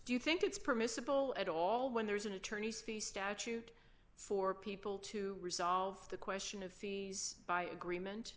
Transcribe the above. do you think it's permissible at all when there's an attorney c statute for people to resolve the question of c s by agreement